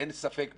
אין ספק בזה.